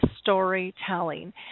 storytelling